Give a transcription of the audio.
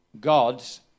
God's